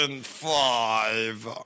five